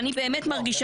אני אגיד לך מה התשובה.